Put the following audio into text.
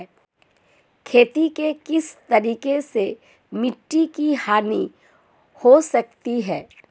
खेती के किस तरीके से मिट्टी की हानि हो सकती है?